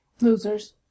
Losers